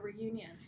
Reunion